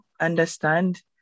understand